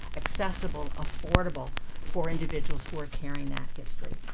accessible, affordable for individuals who are carrying that history?